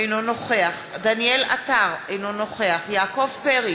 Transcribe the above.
אינו נוכח דניאל עטר, אינו נוכח יעקב פרי,